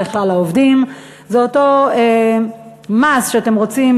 לכלל העובדים; זה אותו מס שאתם רוצים,